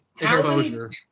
exposure